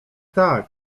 tak